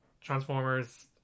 Transformers